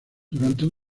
durante